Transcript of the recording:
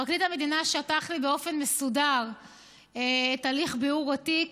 פרקליט המדינה שטח לפניי באופן מסודר את הליך ביעור התיק.